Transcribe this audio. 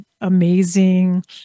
amazing